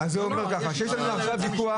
זו תהיה גם תעודה הרבה יותר מהירה.